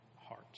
heart